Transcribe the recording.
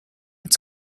its